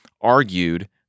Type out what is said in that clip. argued